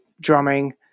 drumming